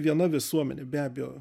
viena visuomenė be abejo